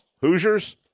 Hoosiers